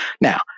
Now